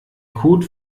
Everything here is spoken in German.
code